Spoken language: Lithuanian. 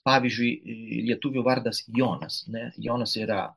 pavyzdžiui lietuvių vardas jonas ne jonas yra